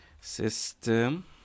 system